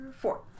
Four